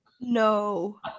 No